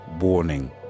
warning